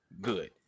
good